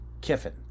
Kiffin